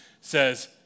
says